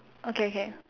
okay kay